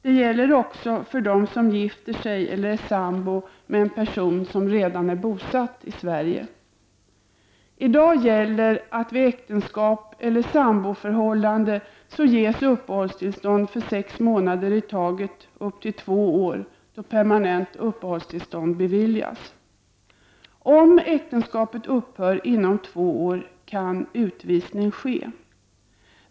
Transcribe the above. Detta gäller också för dem som gifter sig eller är sambo med en person som redan är bosatt i Sverige. Vid äktenskap eller samboförhållande beviljas i dag uppehållstillstånd för sex månader i taget under en tid av upp till två år. Därefter beviljas permanent uppehållstillstånd. Om äktenskapet upphör inom två år kan utvisning komma i fråga.